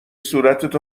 صورتت